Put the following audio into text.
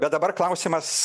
bet dabar klausimas